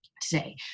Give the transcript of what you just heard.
today